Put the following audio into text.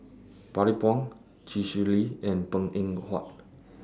Bani Buang Chee Swee Lee and Png Eng Huat